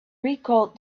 recalled